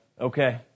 okay